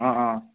অঁ অঁ